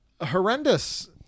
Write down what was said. horrendous